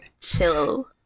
chill